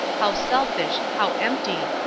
how selfish, how empty,